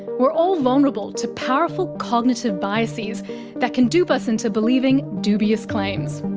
we're all vulnerable to powerful cognitive biases that can dupe us into believing dubious claims.